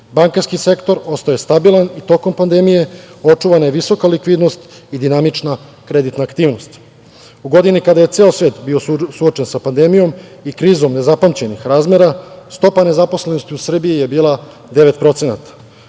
Bankarski sektor ostao je stabilan tokom pandemije, očuvana je visoka likvidnost i dinamična kreditna aktivnost.U godini kada je ceo svet bio suočen sa pandemijom i krizom nezapamćenih razmera stopa nezaposlenost u Srbiji je bila 9%.